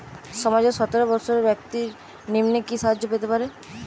সমাজের সতেরো বৎসরের ব্যাক্তির নিম্নে কি সাহায্য পেতে পারে?